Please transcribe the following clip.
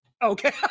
Okay